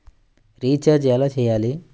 Recharge ఎలా చెయ్యాలి?